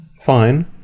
fine